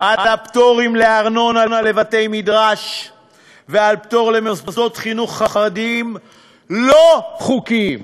על הפטורים מארנונה לבתי-מדרש ועל פטור למוסדות חינוך חרדיים לא חוקיים.